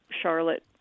Charlotte